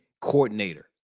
coordinator